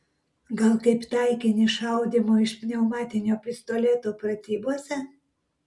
gal kaip taikinį šaudymo iš pneumatinio pistoleto pratybose